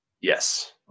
Yes